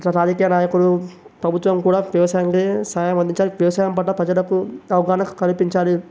రాజకీయ నాయకులు ప్రభుత్వం కూడా వ్యవసాయంకి సహాయం అందించాలి వ్యవసాయం పట్ల ప్రజలకు అవగాహన కల్పించాలి